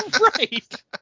Right